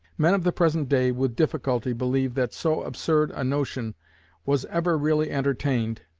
men of the present day with difficulty believe that so absurd a notion was ever really entertained,